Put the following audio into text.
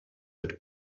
that